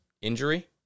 injury